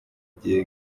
gihe